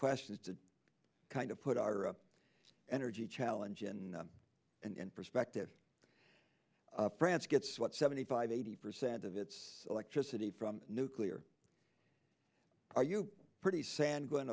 questions to kind of put our energy challenge in and perspective france gets what seventy five eighty percent of its electricity from nuclear are you pretty sand going